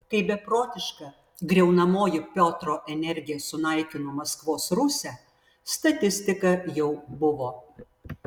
kai beprotiška griaunamoji piotro energija sunaikino maskvos rusią statistika jau buvo